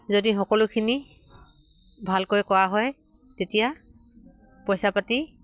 যদি সকলোখিনি ভালকৈ কৰা হয় তেতিয়া পইচা পাতি